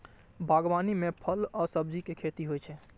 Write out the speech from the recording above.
बागवानी मे फल आ सब्जीक खेती होइ छै